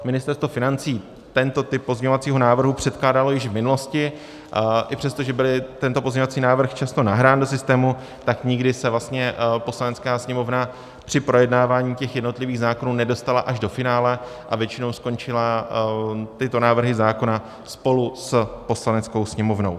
Ministerstvo financí tento typ pozměňovacího návrhu předkládalo již v minulosti, i přesto, že byl tento pozměňovací návrh často nahrán do systému, tak nikdy se vlastně Poslanecká sněmovna při projednávání těch jednotlivých zákonů nedostala až do finále a většinou skončily tyto návrhy zákona spolu s Poslaneckou sněmovnou.